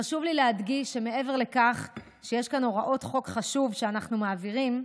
חשוב לי להדגיש שמעבר לכך שיש כאן הוראות חוק חשוב שאנחנו מעבירים,